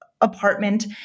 apartment